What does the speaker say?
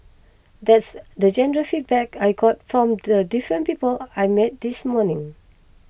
that's the general feedback I got from the different people I met this morning